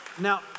now